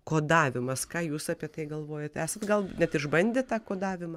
kodavimas ką jūs apie tai galvojate esat gal net išbandę tą kodavimą